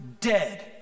dead